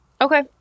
Okay